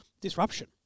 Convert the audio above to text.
disruption